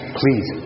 please